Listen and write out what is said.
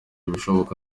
ibishoboka